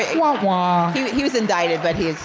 ah um ah he was indicted, but he